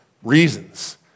Reasons